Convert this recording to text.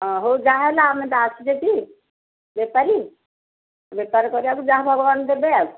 ହଁ ହଉ ଯାହା ହେଲା ଆମେ ତ ଅସିଛେ ଏଠି ବେପାରୀ ବେପାର କରିବାକୁ ଯାହା ଭଗବାନ୍ ଦେବେ ଆଉ